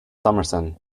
summerson